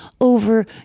over